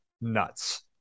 nuts